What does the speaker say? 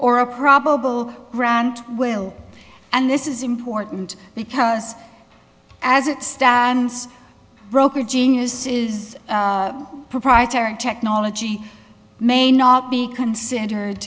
or a probable grant will and this is important because as it stands broker genius is proprietary technology may not be considered